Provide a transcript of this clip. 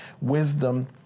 wisdom